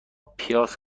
پیاز